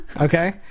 Okay